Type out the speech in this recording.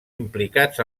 implicats